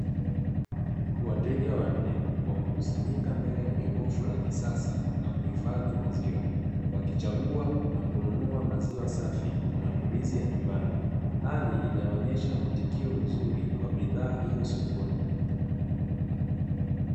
Wateja wanne wamekusanyika mbele ya jokofu la kisasa la kuhifadhi maziwa, wakichagua na kununua maziwa safi kwa matumizi ya nyumbani, hali inayoonesha muitikio mzuri wa bidhaa hiyo sokoni.